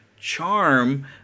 charm